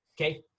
okay